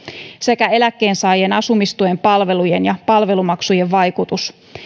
sekä eläkkeensaajien asumistuen palvelujen ja palvelumaksujen vaikutus